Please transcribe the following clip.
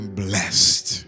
blessed